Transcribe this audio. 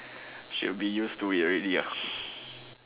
should be used to it already lah